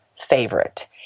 favorite